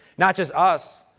not just us,